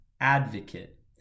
advocate